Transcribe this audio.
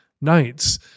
nights